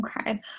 Okay